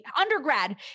Undergrad